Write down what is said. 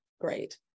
great